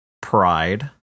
Pride